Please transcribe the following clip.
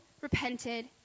repented